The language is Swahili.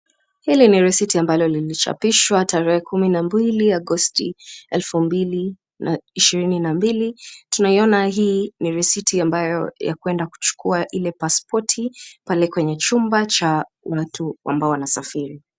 Hii ni risiti ambayo ilichapishwa tarehe kumi na mbili Agosti, elfu mbili na ishirini na mbili, tunaiona hii ni risiti ambayo ya kwenda kuchukua ile pasipoti pale kwenye chumba cha watu ambao wanasafiri.